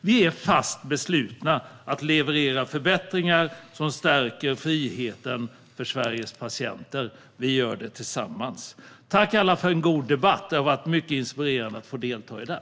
Vi är fast beslutna att leverera förbättringar som stärker friheten för Sveriges patienter; vi gör det tillsammans. Tack, alla, för en god debatt! Det har varit mycket inspirerande att få delta i den.